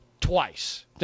twice